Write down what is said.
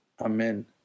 Amen